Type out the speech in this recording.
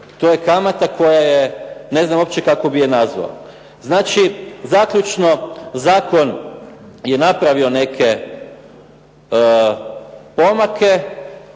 To je kamata koja je, ne znam uopće kako bi je nazvao. Znači, zaključno, zakon je napravio neke pomake.